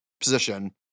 position